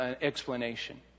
explanation